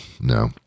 no